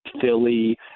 Philly